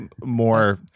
more